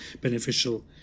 beneficial